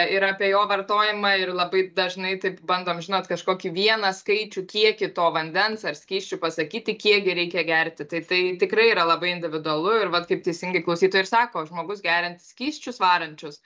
ir apie jo vartojimą ir labai dažnai taip bandom žinot kažkokį vieną skaičių kiekį to vandens ar skysčių pasakyti kiek gi reikia gerti tai tai tikrai yra labai individualu ir vat kaip teisingai klausytoja ir sako žmogus geriantis skysčius varančius